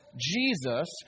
Jesus